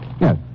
Yes